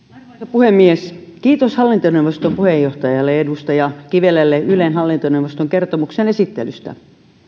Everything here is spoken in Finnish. puhemies kiitos hallintoneuvoston puheenjohtajalle edustaja kivelälle ylen hallintoneuvoston kertomuksen esittelystä